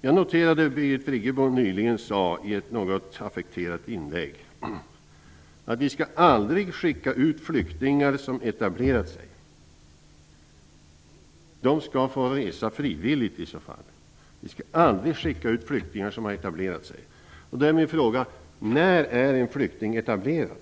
Jag noterade nyligen att Birgit Friggebo i ett något affekterat inlägg sade att vi aldrig skall skicka ut flyktingar som har etablerat sig utan att de i så fall skall få resa frivilligt. Då är min fråga: När är en flykting etablerad?